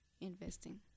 investing